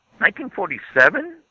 1947